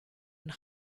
and